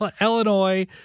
Illinois